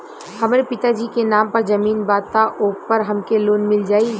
हमरे पिता जी के नाम पर जमीन बा त ओपर हमके लोन मिल जाई?